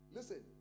Listen